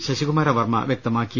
ശശികുമാര വർമ്മ വ്യക്തമാക്കി